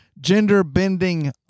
gender-bending